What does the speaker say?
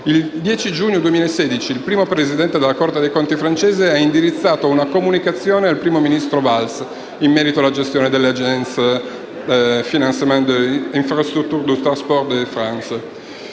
Il 10 giugno 2016, il primo presidente della Corte dei conti francese ha indirizzato una comunicazione al primo ministro Manuel Valls in merito alla gestione dell'Agence de financement des